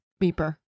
Beeper